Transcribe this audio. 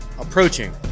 approaching